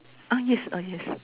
ah yes ah yes